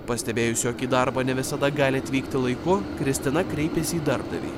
pastebėjus jog į darbą ne visada gali atvykti laiku kristina kreipėsi į darbdavį